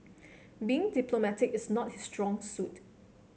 being diplomatic is not his strong suit